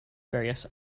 various